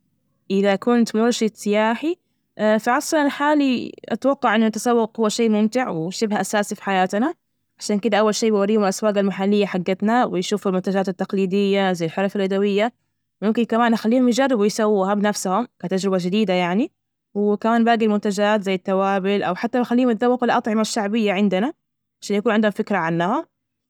إذا كنت مرشد سياحي، فعصرنا الحالي، أتوقع إنه التسوق، هو شيء ممتع وشبه أساسي في حياتنا، عشان كده أول شي بوريهم الأسواق المحلية حجتنا ويشوفوا المنتجات التقليدية زي الحرف اليدوية، ممكن كمان أخليهم يجربوا يسووها بنفسهم كتجربة جديدة يعني، وكمان باقي المنتجات زي التوابل أو حتى نخليهم يتذوقوا الأطعمة الشعبية عندنا عشان يكون عندهم فكرة عنها.